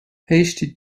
hasty